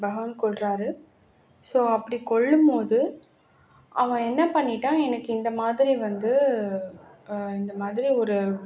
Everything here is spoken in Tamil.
பகவான் கொல்கிறாரு ஸோ அப்படி கொல்லும்போது அவன் என்ன பண்ணிவிட்டான் எனக்கு இந்த மாதிரி வந்து இந்த மாதிரி ஒரு